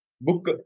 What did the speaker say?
Book